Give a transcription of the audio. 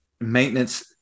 maintenance